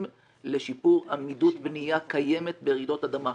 לשיפור עמידות בנייה קיימת ברעידות אדמה,